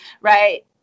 right